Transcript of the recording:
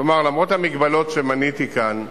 כלומר, למרות המגבלות שמניתי כאן,